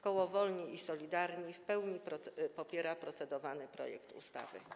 Koło Wolni i Solidarni w pełni popiera procedowany projekt ustawy.